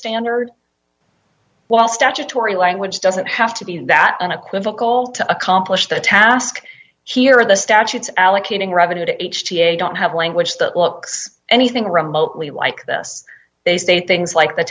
standard while statutory language doesn't have to be in that unequivocal to accomplish the task here of the statutes allocating revenue to h g a don't have language that looks anything remotely like this they say things like the